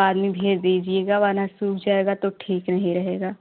आदमी भेज दीजिएगा वरना सूख जाएगा तो ठीक नहीं रहेगा